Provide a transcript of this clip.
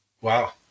wow